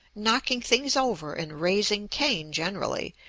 knocking things over, and raising cain generally,